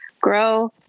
grow